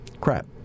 Crap